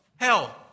Hell